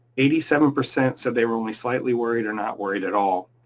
eighty seven percent said they were only slightly worried or not worried at all.